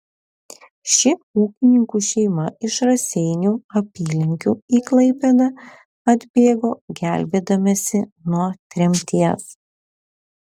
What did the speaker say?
ši ūkininkų šeima iš raseinių apylinkių į klaipėdą atbėgo gelbėdamasi nuo tremties